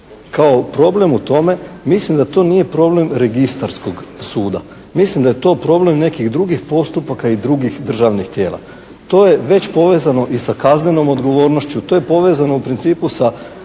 kao problem u tome mislim da to nije problem registarskog suda, mislim da je to problem nekih drugih postupaka i drugih državnih tijela. To je već povezano i sa kaznenom odgovornošću, to je povezano u principu sa